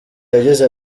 yagize